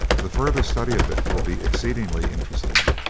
the further study of it will be exceedingly interesting.